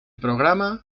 programa